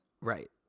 Right